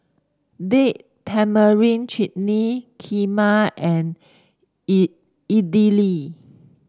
Date Tamarind Chutney Kheema and E Idili